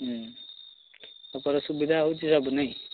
ସୁବିଧା ହେଉଛି ସବୁ ନାଇଁ